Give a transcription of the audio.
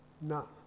No